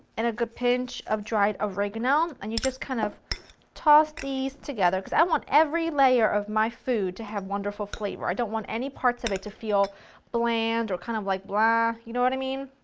and a good pinch of dried oregano, and you just kind of toss these together because i want every layer of my food to have wonderful flavor. i don't want any parts of it to feel bland or kind of like blah, you know what i mean?